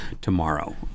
tomorrow